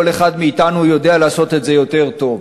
כל אחד מאתנו יודע לעשות את זה יותר טוב.